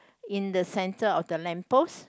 in the center of the lamp post